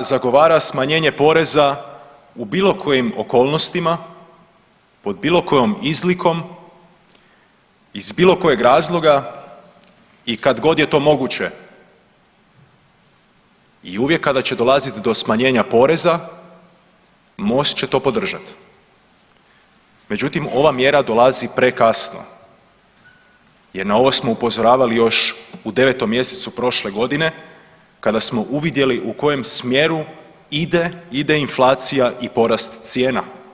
zagovara smanjenje poreza u bilo kojim okolnostima, pod bilo kojom izlikom iz bilo kojeg razloga i kad god je to moguće i uvijek kada će dolazit do smanjenja poreza, Most će to podržat, međutim ova mjera dolazi prekasno jer na ovo smo upozoravali još u 9. mj. prošle godine kada smo uvidjeli u kojem smjeru ide inflacija i porast cijena.